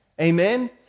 Amen